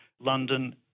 London